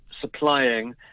supplying